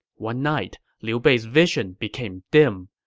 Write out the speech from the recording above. one night, liu bei's vision became dim.